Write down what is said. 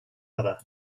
other